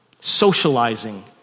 socializing